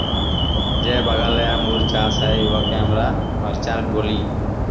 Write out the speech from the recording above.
যে বাগালে আঙ্গুর চাষ হ্যয় উয়াকে আমরা অরচার্ড ব্যলি